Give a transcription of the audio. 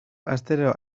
astero